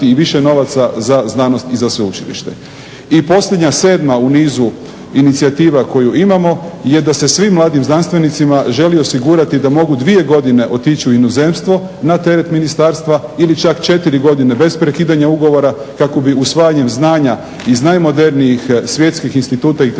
i više novaca za znanost i za sveučilište. I posljednja sedma u nizu inicijativa koju imamo je da se svim mladim znanstvenicima želi osigurati da mogu dvije godine otići u inozemstvo na teret ministarstva ili čak četiri godine bez prekidanja ugovora kako bi usvajanjem znanja iz najmodernijih svjetskih instituta i